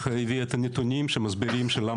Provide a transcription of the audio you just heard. משפט לסיכום.